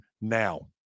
now